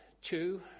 two